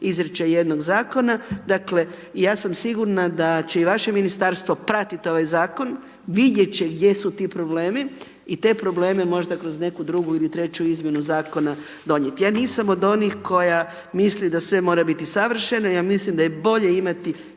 izričaj jednog zakona. Dakle i ja sam sigurna da će i vaše ministarstvo pratiti taj zakon. Vidjeti će gdje su ti problemi i te probleme možda kroz neku drugu ili treću izmjenu zakona donijeti. Ja nisam od onih koja misli da sve mora biti savršeno, ja mislim da je bolje imati